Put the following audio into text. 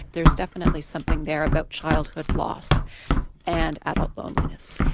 there's definitely something there about childhood loss and adult loneliness.